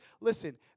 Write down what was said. listen